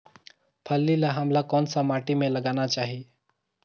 फल्ली ल हमला कौन सा माटी मे लगाना चाही?